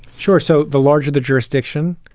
sure. so the larger the jurisdiction,